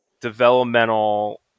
developmental